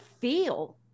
feel